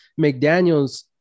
McDaniels